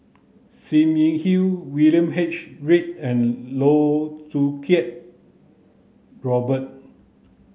Sim Yi Hui William H Read and Loh Choo Kiat Robert